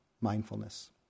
mindfulness